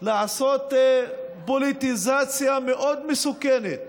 לעשות פוליטיזציה מאוד מסוכנת